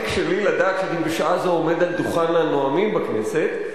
שלי לדעת שאני בשעה זו עומד על דוכן הנואמים בכנסת,